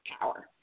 power